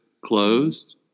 closed